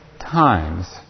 times